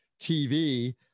TV